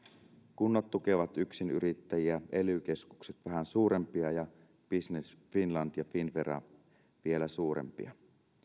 kunnat tukevat yksinyrittäjiä ely keskukset vähän suurempia ja business finland ja finnvera vielä suurempia